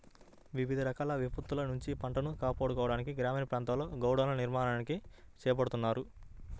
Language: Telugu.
వివిధ రకాల విపత్తుల నుంచి పంటను కాపాడుకోవడానికి గ్రామీణ ప్రాంతాల్లో గోడౌన్ల నిర్మాణాలను చేపడుతున్నారు